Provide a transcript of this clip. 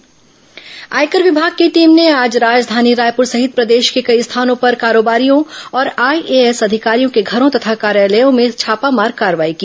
आयकर छापा आयकर विभाग की टीम ने आज राजधानी रायपुर सहित प्रदेश के कई स्थानों पर कारोबारियों और आईएएस अधिकारियों के घरों तथा कार्यालयों में छापामार कार्रवाई की